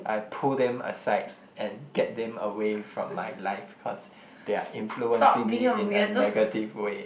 I pull them aside and get them away from my life cause they are influencing my in a negative way